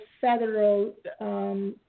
federal